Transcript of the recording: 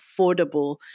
affordable